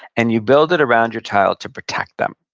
and you build it around your child to protect them.